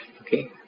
okay